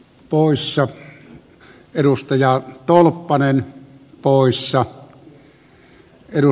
poissa edustajaa jong ilin muistolle